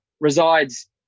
resides